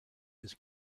his